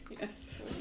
Yes